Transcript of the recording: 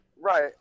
right